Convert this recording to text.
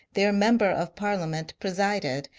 their member of parliament, presided,